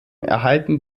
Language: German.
erhalten